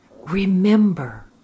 remember